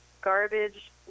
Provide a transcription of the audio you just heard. garbage